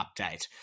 update